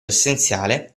essenziale